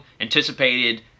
anticipated